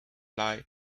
lie